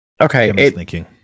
Okay